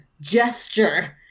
gesture